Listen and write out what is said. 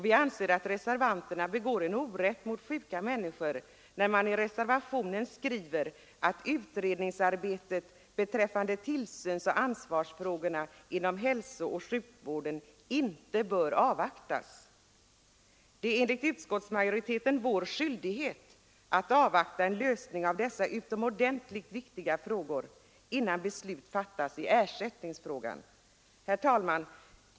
Vi anser att reservanterna begår en orätt mot sjuka människor när de i reservationen skriver att utredningsarbetet beträffande tillsynsoch ansvarsfrågorna inom hälsooch sjukvården inte bör avvaktas. Det är enligt utskottsmajoriteten vår skyldighet att avvakta en lösning av dessa utomordentligt viktiga frågor innan beslut fattas i Herr talman!